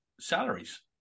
salaries